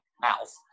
mouth